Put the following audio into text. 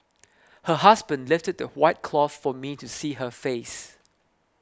her husband lifted the white cloth for me to see her face